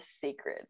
sacred